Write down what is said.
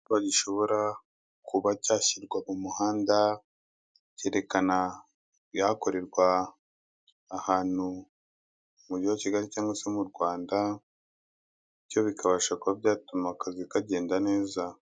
Icyapa gishobora kuba cyashyirwa mu muhanda cyerekana ibihakorerwa, ahantu mu mujyi wa Kigali cyangwa se mu Rwanda bityo bikabasha kuba byatuma akazi kagenda neza.